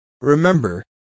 Remember